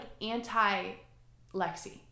anti-lexi